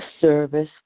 service